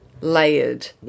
layered